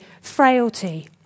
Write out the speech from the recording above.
frailty